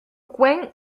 coin